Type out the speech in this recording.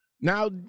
Now